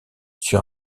sur